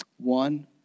One